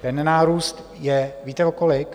Ten nárůst je víte, o kolik?